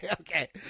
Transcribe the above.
okay